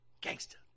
gangster